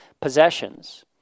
possessions